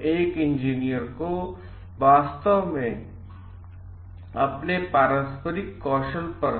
तो एक इंजीनियर को वास्तव में अपने पारस्परिक कौशल पर